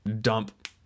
dump